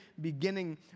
beginning